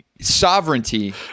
sovereignty